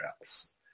else